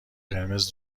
قرمز